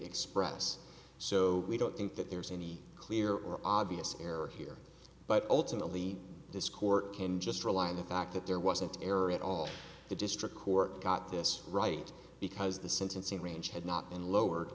express so we don't think that there's any clear or obvious error here but ultimately this court can just rely on the fact that there was an error at all the district court got this right because the sentencing range had not been lowered